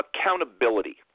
accountability